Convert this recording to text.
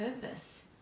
purpose